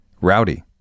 Rowdy